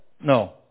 No